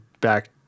back